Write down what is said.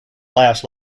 last